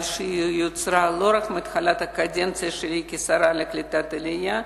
אבל היא נוצרה לא מתחילת הקדנציה שלי כשרה לקליטת העלייה,